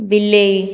ବିଲେଇ